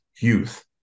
youth